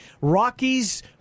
Rockies